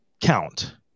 Count